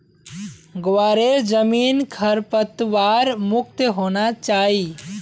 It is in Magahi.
ग्वारेर जमीन खरपतवार मुक्त होना चाई